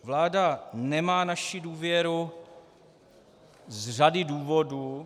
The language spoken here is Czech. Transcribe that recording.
Vláda nemá naši důvěru z řady důvodů.